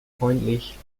freundlich